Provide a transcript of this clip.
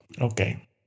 Okay